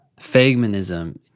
Fagmanism